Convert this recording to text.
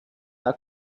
are